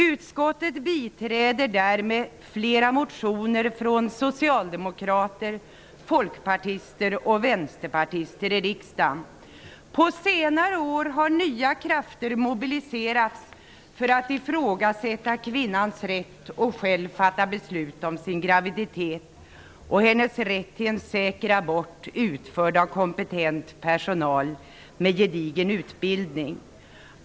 Utskottet biträder därmed flera motioner från socialdemokrater, folkpartister och vänsterpartister i riksdagen. På senare år har nya krafter mobiliserats för att ifrågasätta kvinnans rätt att själv fatta beslut om sin graviditet och hennes rätt till en säker abort utförd av kompetent personal med gedigen utbildning.